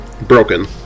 broken